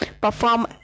perform